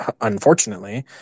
unfortunately